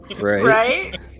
Right